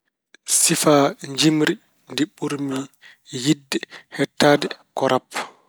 Sifaa njimri ndi ɓurmi yiɗde heɗtaade ko rap.